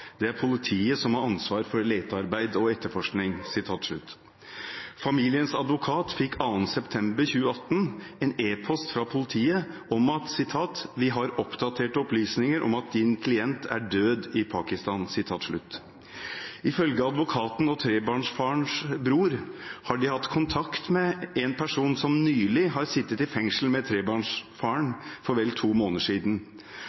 er politiet som har ansvar for letearbeid og etterforskning». Familiens advokat fikk 2. september 2018 en e-post fra politiet om at «Vi har oppdaterte opplysninger om at din klient er død i Pakistan». Ifølge advokaten og trebarnsfarens bror har de hatt kontakt med en person som nylig har sittet i fengsel med trebarnsfaren for vel to måneder siden,